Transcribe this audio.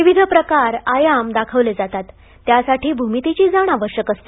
विविध प्रकार आयाम दाखवले जातात त्यासाठी भूमितीची जाण आवश्यक असते